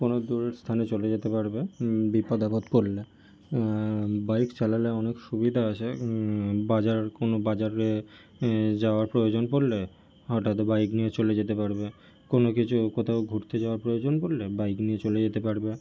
কোনো দূর স্থানে চলে যেতে পারবে বিপদ আপদ পড়লে বাইক চালালে অনেক সুবিধা আছে বাজার কোনো বাজারে যাওয়ার প্রয়োজন পড়লে হঠাৎ বাইক নিয়ে চলে যেতে পারবে কোনো কিছু কোথাও ঘুরতে যাওয়ার প্রয়োজন পড়লে বাইক নিয়ে চলে যেতে পারবে